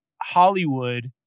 Hollywood